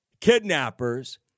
kidnappers